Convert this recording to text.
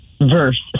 verse